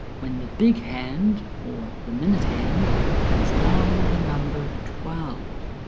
when the big hand or the minute hand is on the number twelve.